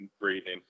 breathing